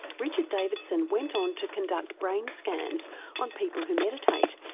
richard davidson went on to conduct brain scans on people who meditate,